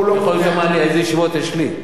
אני יכול לומר לך איזה ישיבות יש לי.